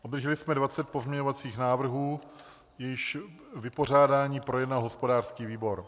Obdrželi jsme dvacet pozměňovacích návrhů, jejichž vypořádání projednal hospodářský výbor.